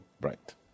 Right